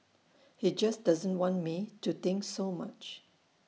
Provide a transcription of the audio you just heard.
he just doesn't want me to think so much